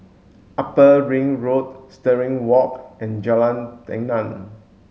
Upper Ring Road Stirling Walk and Jalan Tenon